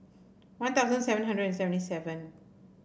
One Thousand seven hundred and seventy seven